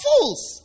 fools